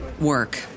work